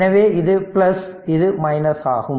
எனவே இது இது ஆகும்